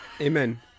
Amen